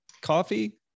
coffee